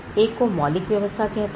एक को मौलिक व्यवस्था क्हते हैं